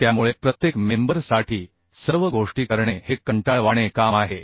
त्यामुळे प्रत्येक मेंबर साठी सर्व गोष्टी करणे हे कंटाळवाणे काम आहे